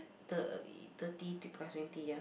the thirty to plus twenty ya